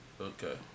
Okay